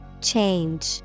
Change